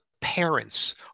parents